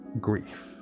grief